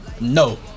No